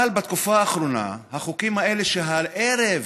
אבל בתקופה האחרונה, החוקים האלה, שהערב,